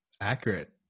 Accurate